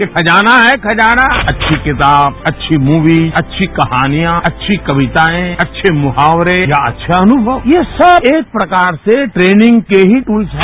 यह खजाना है खजाना अच्छी किताब अच्छी मूवी अच्छी कहानियां अच्छी कवितायँ अच्छे मुहावरे या अच्छे अनुभव यह सब एक प्रकार से ट्रेनिंग के ही दूल्स हैं